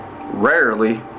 rarely